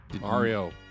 Mario